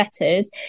letters